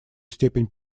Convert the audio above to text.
степень